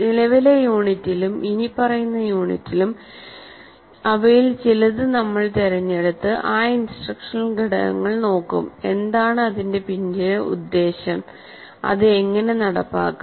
നിലവിലെ യൂണിറ്റിലും ഇനിപ്പറയുന്ന യൂണിറ്റിലും അവയിൽ ചിലത് നമ്മൾ തിരഞ്ഞെടുത്ത് ആ ഇൻസ്ട്രക്ഷണൽ ഘടകങ്ങൾ നോക്കും എന്താണ് അതിന്റെ പിന്നിലെ ഉദ്ദേശ്യം അത് എങ്ങനെ നടപ്പാക്കാം